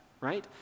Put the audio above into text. right